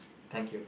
thank you